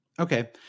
Okay